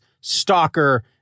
Stalker